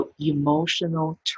emotional